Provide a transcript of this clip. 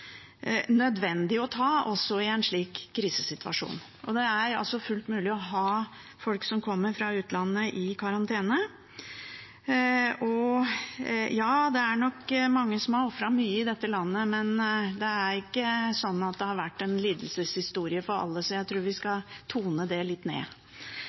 nødvendig å ta, også i en slik krisesituasjon. Det er altså fullt mulig å ha folk som kommer fra utlandet, i karantene. Og ja, det er nok mange som har ofret mye i dette landet, men det er ikke sånn at det har vært en lidelseshistorie for alle, så jeg tror vi skal tone det litt ned.